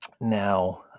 Now